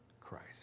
Christ